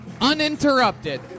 Uninterrupted